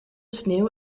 sneeuw